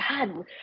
God